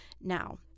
Now